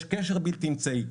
יש קשר בלתי אמצעי.